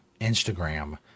Instagram